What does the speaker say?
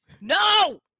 No